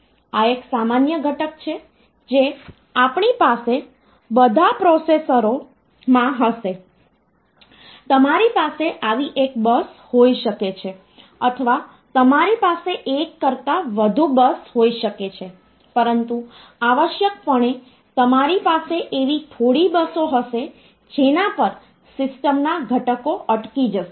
આ એક સામાન્ય ઘટક છે જે આપણી પાસે બધા પ્રોસેસરોમાં હશે તમારી પાસે આવી એક બસ હોઈ શકે છે અથવા તમારી પાસે એક કરતાં વધુ બસ હોઈ શકે છે પરંતુ આવશ્યકપણે તમારી પાસે એવી થોડી બસો હશે જેના પર સિસ્ટમના ઘટકો અટકી જશે